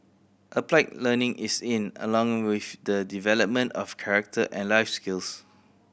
applied learning is in along with the development of character and life skills